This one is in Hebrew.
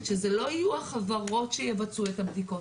שזה לא יהיו החברות שיבצעו את הבדיקות.